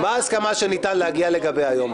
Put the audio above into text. ליפעת שאשא-ביטון, וצריכים תפקיד.